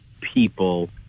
people –